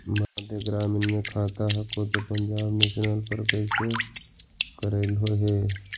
मध्य ग्रामीण मे खाता हको तौ पंजाब नेशनल पर कैसे करैलहो हे?